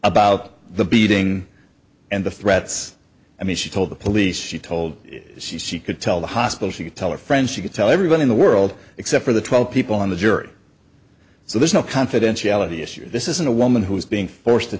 about the beating and the threats i mean she told the police she told she she could tell the hospital she would tell her friends she could tell everyone in the world except for the twelve people on the jury so there's no confidentiality issue this isn't a woman who's being forced to